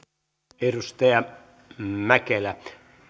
edustaja mäkelä